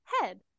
head